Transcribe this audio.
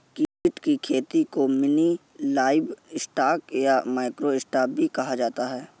कीट की खेती को मिनी लाइवस्टॉक या माइक्रो स्टॉक भी कहा जाता है